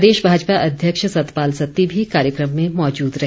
प्रदेश भाजपा अध्यक्ष सतपाल सत्ती भी कार्यकम में मौजूद रहे